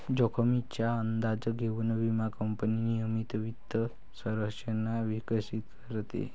जोखमीचा अंदाज घेऊन विमा कंपनी नियमित वित्त संरचना विकसित करते